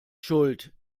schuld